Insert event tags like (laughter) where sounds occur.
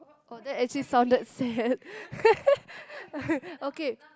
!wow! that actually sounded sad (laughs) okay